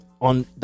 On